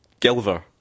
Gilver